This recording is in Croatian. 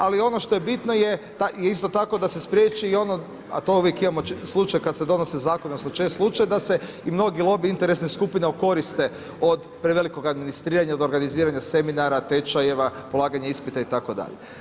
Ali ono što je bitno je isto tako da se spriječi i ono, a to uvijek imamo slučaj kada se donosi zakoni … da se mnogi lobiji i interesne skupine okoriste od prevelikog administriranja od organiziranja seminara, tečajeva, polaganja ispita itd.